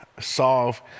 solve